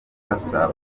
asa